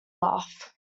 laugh